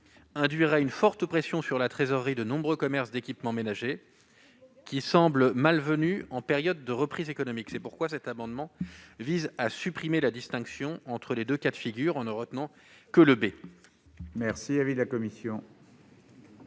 induirait une forte pression sur la trésorerie de nombreux commerces d'équipements ménagers, ce qui semble malvenu en période de reprise économique. C'est pourquoi cet amendement vise à supprimer la distinction entre ces deux cas de figure, en ne retenant que